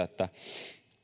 että